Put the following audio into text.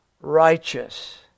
righteous